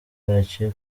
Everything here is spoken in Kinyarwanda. yacika